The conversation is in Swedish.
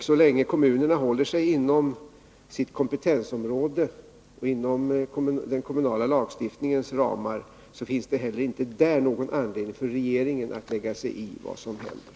Så länge kommunerna håller sig inom sitt kompetensområde och inom den kommunala lagstiftningens ramar finns det inte heller i detta sammanhang någon anledning för regeringen att lägga sig i vad som händer.